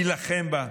להילחם בה,